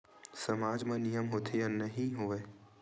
सामाज मा नियम होथे या नहीं हो वाए?